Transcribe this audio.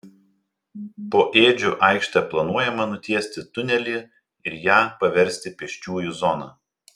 po ėdžių aikšte planuojama nutiesti tunelį ir ją paversti pėsčiųjų zona